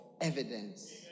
evidence